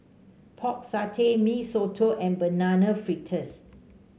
Pork Satay Mee Soto and Banana Fritters